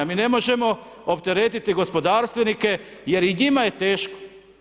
Mi ne možemo opteretiti gospodarstvenike jer i njima je teško.